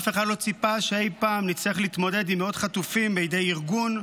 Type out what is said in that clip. אף אחד לא ציפה שאי פעם נצטרך להתמודד עם מאות חטופים בידי ארגון.